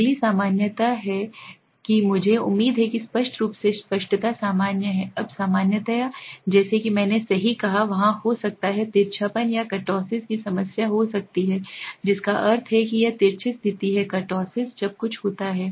अगली सामान्यता है मुझे उम्मीद है कि स्पष्ट रूप से स्पष्टता सामान्य है अब सामान्यता जैसा कि मैंने सही कहा वहाँ हो सकता है तिरछापन या कर्टोसिस की समस्या हो सकती है जिसका अर्थ है कि यह तिरछी स्थिति है कर्टोसिस जब कुछ होता है